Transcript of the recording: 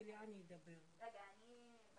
(הישיבה